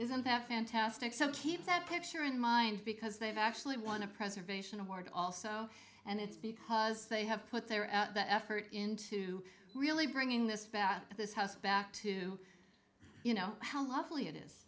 isn't that fantastic so keep that picture in mind because they've actually won a preservation of art also and it's because they have put their effort into really bringing this about this house back to you know how lovely it is